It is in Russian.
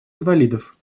инвалидов